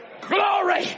glory